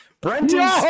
Brenton